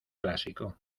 clásico